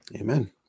Amen